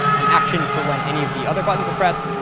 an action for when any of the other buttons are pressed,